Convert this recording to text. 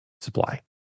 supply